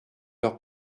leurs